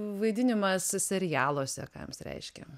vaidinimas serialuose ką jums reiškia